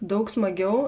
daug smagiau